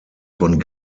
von